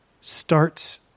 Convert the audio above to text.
starts